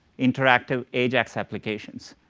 interactive, ajax applications.